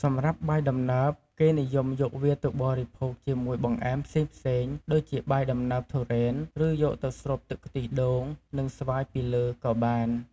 សម្រាប់បាយដំណើប គេនិយមយកវាទៅបរិភោគជាមួយបង្អែមផ្សេងៗ ដូចជាបាយដំណើបទុរេន ឬ យកទៅស្រូបទឹកខ្ទិះដូង និងស្វាយពីលើក៏បាន។